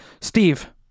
Steve